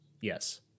yes